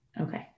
Okay